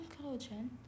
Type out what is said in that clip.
conclusion